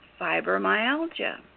fibromyalgia